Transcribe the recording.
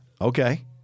Okay